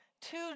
two